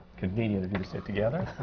convenient of you to sit together!